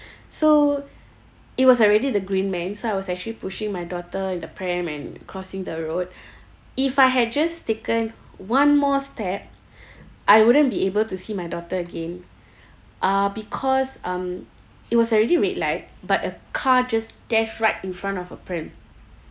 so it was already the green man so I was actually pushing my daughter in the pram and crossing the road if I had just taken one more step I wouldn't be able to see my daughter again uh because um it was already red light but a car just dashed right in front of a pram